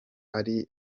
ari